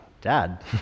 Dad